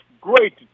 great